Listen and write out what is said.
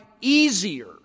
easier